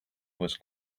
was